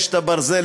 אשת הברזל,